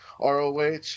ROH